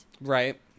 right